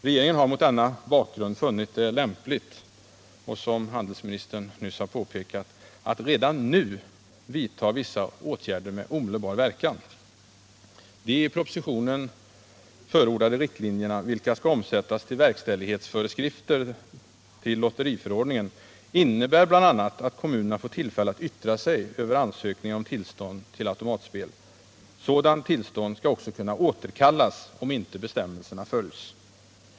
Regeringen har bl.a. mot denna bakgrund funnit det lämpligt att, som handelsministern påpekade, redan nu vidta vissa åtgärder med omedelbar verkan. De i propositionen förordade riktlinjerna, vilka skall omsättas till verkställighetsföreskrifter till lotteriförordningen, innebär bl.a. att kommunerna får tillfälle att yttra sig över ansökningar om tillstånd till automatspel. Sådant tillstånd skall också kunna återkallas om inte bestämmelserna följs.